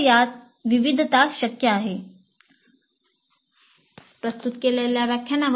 तर या विविधता शक्य आहेत